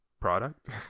product